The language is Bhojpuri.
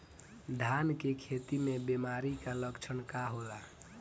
धान के खेती में बिमारी का लक्षण का होला?